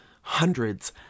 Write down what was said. hundreds